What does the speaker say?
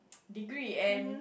degree and